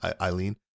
Eileen